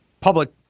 public